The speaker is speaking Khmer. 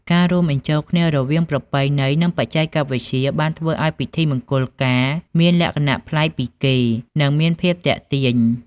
ការរួមបញ្ចូលគ្នារវាងប្រពៃណីនិងបច្ចេកវិទ្យាបានធ្វើឱ្យពិធីមង្គលការមានលក្ខណៈប្លែកពីគេនិងមានភាពទាក់ទាញ។